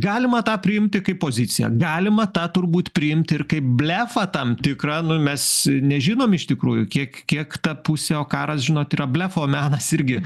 galima tą priimti kaip poziciją galima tą turbūt priimti ir kaip blefą tam tikrą nu mes nežinom iš tikrųjų kiek kiek ta pusė o karas žinot yra blefo menas irgi